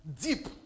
deep